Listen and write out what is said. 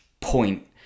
point